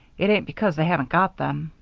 it ain't because they haven't got them.